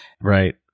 Right